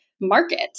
market